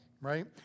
right